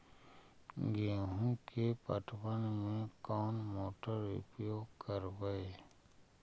गेंहू के पटवन में कौन मोटर उपयोग करवय?